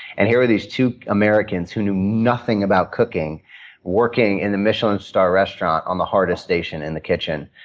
and here were these two americans who knew nothing about cooking working in the michelin star restaurant on the hardest station in the kitchen.